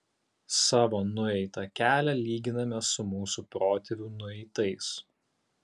savo nueitą kelią lyginame su mūsų protėvių nueitais